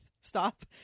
stop